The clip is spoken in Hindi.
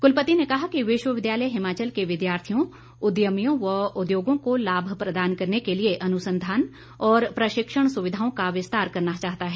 कुलपति ने कहा कि विश्वविद्यालय हिमाचल के विद्यार्थियों उद्यमियों व उद्योगों को लाभ प्रदान करने के लिए अनुसंधान और प्रशिक्षण सुविधाओं का विस्तार करना चाहता है